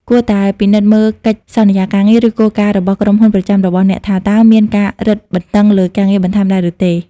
គួរតែពិនិត្យមើលកិច្ចសន្យាការងារ ឬគោលការណ៍របស់ក្រុមហ៊ុនប្រចាំរបស់អ្នកថា តើមានការរឹតបន្តឹងលើការងារបន្ថែមដែរឬទេ។